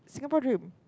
Singapore dream